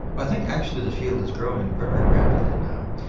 i think actually the field is growing very rapidly now,